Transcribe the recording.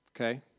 Okay